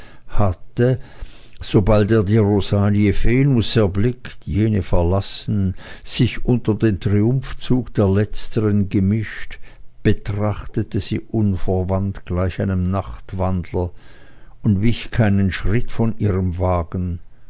hatte sobald er die rosalie venus erblickt jene verlassen sich unter den triumphzug der letzteren gemischt betrachtete sie unverwandt gleich einem nachtwandler und wich keinen schritt von ihrem wagen